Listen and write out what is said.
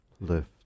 lift